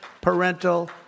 parental